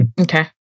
okay